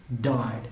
died